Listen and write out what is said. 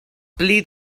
pli